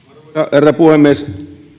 herra puhemies